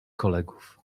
kolegów